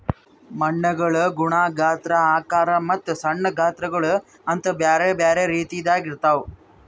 ಮಣ್ಣುಗೊಳ್ ಗುಣ, ಗಾತ್ರ, ಆಕಾರ ಮತ್ತ ಸಣ್ಣ ಗಾತ್ರಗೊಳ್ ಅಂತ್ ಬ್ಯಾರೆ ಬ್ಯಾರೆ ರೀತಿದಾಗ್ ಇರ್ತಾವ್